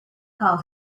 calls